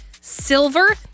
silver